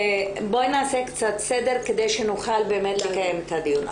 בואי נעשה קצת סדר כדי שנוכל באמת לקיים את הדיון.